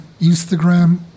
Instagram